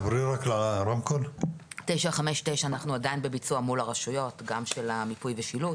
גם של מיפוי ושילוט,